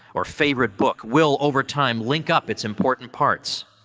or favorite book will over time link-up it's important parts.